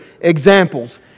examples